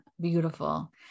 Beautiful